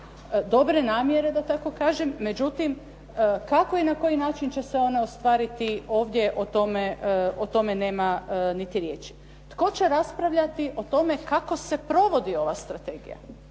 dobre namjere da tako kažem. Međutim, kako i na koji način će se one ostvariti ovdje o tome nema niti riječi. Tko će raspravljati o tome kako se provodi ova strategija?